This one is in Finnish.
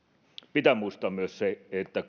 pitää muistaa myös se että